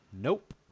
Nope